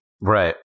Right